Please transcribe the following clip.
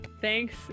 Thanks